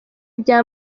bya